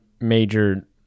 Major